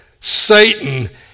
Satan